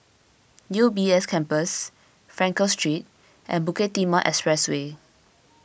U B S Campus Frankel Street and Bukit Timah Expressway